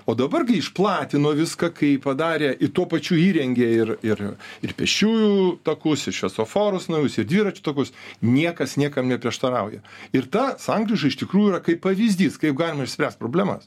o dabar gi išplatino viską kai padarė ir tuo pačiu įrengė ir ir ir pėsčiųjų takus ir šviesoforus naujus ir dviračių takus niekas niekam neprieštarauja ir ta sankryža iš tikrųjų yra kaip pavyzdys kaip galima išspręst problemas